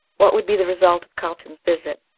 what would be the result of carlton's visit,